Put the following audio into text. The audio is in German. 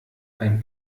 ein